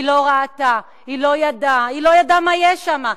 היא לא ראתה, היא לא ידעה, היא לא ידעה מה יש שם.